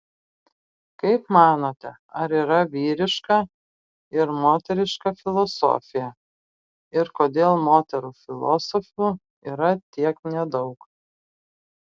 kaip manote ar yra vyriška ir moteriška filosofija ir kodėl moterų filosofių yra tiek nedaug